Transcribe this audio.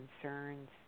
concerns